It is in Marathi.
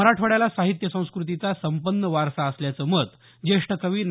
मराठवाड्याला साहित्य संस्कृतीचा संपन्न वारसा असल्याचं मत ज्येष्ठ कवी ना